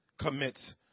commits